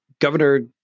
Governor